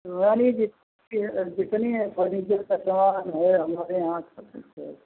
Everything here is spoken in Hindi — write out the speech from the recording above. पुरानी जित जितनी है फ़र्नीचर का सामान है हमारे यहाँ से सब सर